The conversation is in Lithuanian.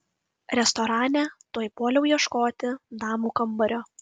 restorane tuoj puoliau ieškoti damų kambario